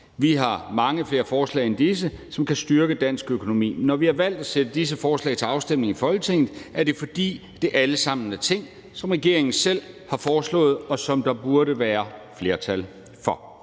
Vi har mange flere forslag end disse, som kan styrke dansk økonomi, men når vi har valgt at sætte disse forslag til afstemning i Folketingssalen, er det, fordi det alle sammen er ting, som regeringen selv har foreslået, og som der burde være flertal for.